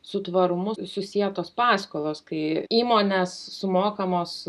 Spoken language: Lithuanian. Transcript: su tvarumu susietos paskolos kai įmonės sumokamos